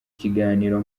kiganiro